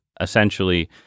essentially